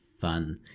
fun